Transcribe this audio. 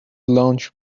launch